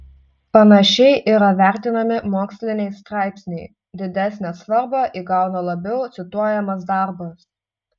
panašiai yra vertinami moksliniai straipsniai didesnę svarbą įgauna labiau cituojamas darbas